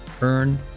Earn